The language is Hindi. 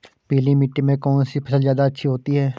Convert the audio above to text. पीली मिट्टी में कौन सी फसल ज्यादा अच्छी होती है?